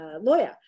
lawyer